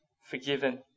forgiven